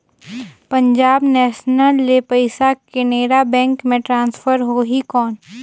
Punjab national ले पइसा Canara bank मे ट्रांसफर होहि कौन?